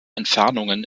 entfernungen